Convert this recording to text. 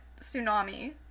tsunami